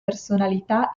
personalità